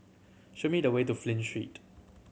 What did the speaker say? show me the way to Flint Street